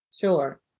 Sure